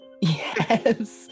Yes